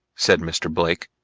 said mr. blake,